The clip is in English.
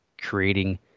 creating